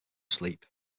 sleep